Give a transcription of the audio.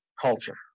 Culture